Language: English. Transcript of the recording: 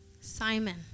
Simon